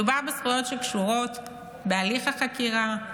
מדובר בזכויות שקשורות בהליך החקירה,